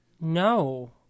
No